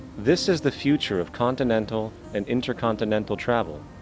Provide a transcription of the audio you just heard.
this is the future of continental and intercontinental travel.